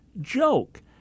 joke